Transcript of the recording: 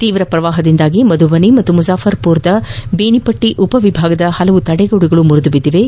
ತೀವ್ರ ಪ್ರವಾಹದಿಂದಾಗಿ ಮಧುಬನಿ ಮತ್ತು ಮುಜಾಫರ್ಪುರ್ದ ಬೇನಿಪಟ್ಟಿ ಉಪವಿಭಾಗದ ಪಲವು ತಡೆಗೋಡೆಗಳು ಮುರಿದುಬಿದ್ದಿವೆ